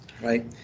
right